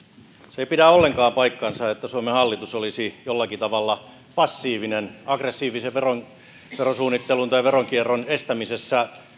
se ei pidä ollenkaan paikkaansa että suomen hallitus olisi jollakin tavalla passiivinen aggressiivisen verosuunnittelun tai veronkierron estämisessä